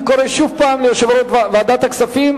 אני קורא שוב ליושב-ראש ועדת הכספים.